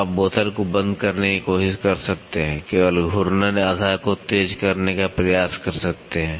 तो आप बोतल को बन्द करने की कोशिश कर सकते हैं केवल घूर्णन आधा को तेज करने का प्रयास कर सकते हैं